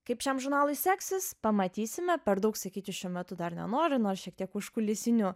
kaip šiam žurnalui seksis pamatysime per daug sakyti šiuo metu dar nenoriu nors šiek tiek užkulisinių